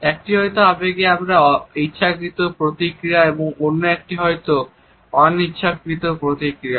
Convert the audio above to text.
একটি হয়তো আবেগে ইচ্ছাকৃত প্রতিক্রিয়া এবং অন্য একটি হয়তো অনিচ্ছাকৃত প্রতিক্রিয়া